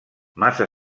massa